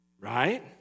Right